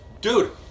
Dude